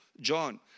John